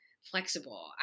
flexible